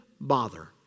bother